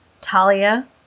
Talia